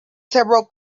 several